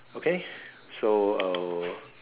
okay so uh